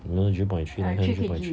有没有 zero point three 还是 three point three